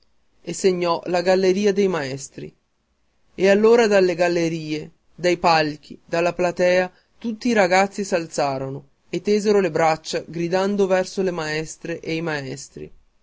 e segnò la galleria dei maestri e allora dalle gallerie dai palchi dalla platea tutti i ragazzi s'alzarono e tesero le braccia gridando verso le maestre e i maestri